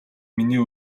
миний